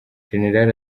general